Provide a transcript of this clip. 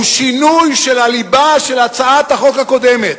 הוא שינוי של הליבה של הצעת החוק הקודמת,